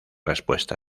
respuesta